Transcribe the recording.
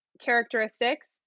characteristics